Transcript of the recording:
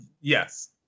Yes